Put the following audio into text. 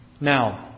Now